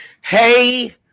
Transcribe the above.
Hey